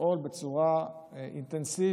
לפעול בצורה אינטנסיבית